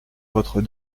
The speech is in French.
votre